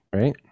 right